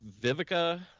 Vivica